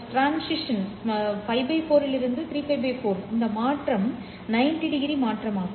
transition 4 முதல் 3 π 4 வரை இந்த மாற்றம் 900 மாற்றம் ஆகும்